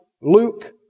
Luke